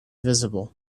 visible